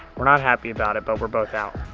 we're not happy about it, but we're both out.